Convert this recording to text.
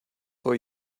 for